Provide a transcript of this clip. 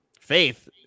Faith